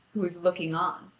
who is looking on,